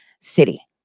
city